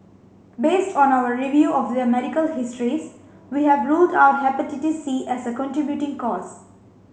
based on our review of their medical histories we have ruled out Hepatitis C as a contributing cause